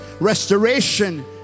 restoration